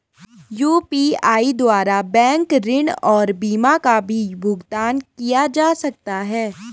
UPI द्वारा bank ऋण और बीमा का भी भुगतान किया जा सकता है?